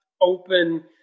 open